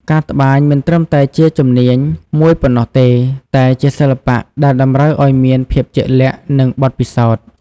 ការត្បាញមិនត្រឹមតែជាជំនាញមួយប៉ុណ្ណោះទេ តែជាសិល្បៈដែលតម្រូវឲ្យមានភាពជាក់លាក់ និងបទពិសោធន៍។